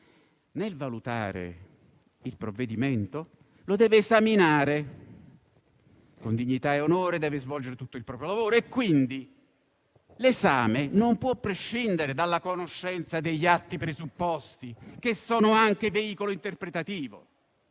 nel valutare un provvedimento deve esaminarlo e, con dignità e onore, deve svolgere tutto il proprio lavoro. L'esame di un provvedimento, dunque, non può prescindere dalla conoscenza degli atti presupposti, che sono anche veicolo interpretativo.